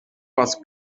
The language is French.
parce